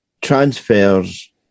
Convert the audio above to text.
transfers